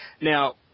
Now